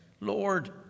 Lord